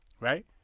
Right